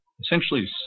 essentially